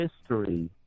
history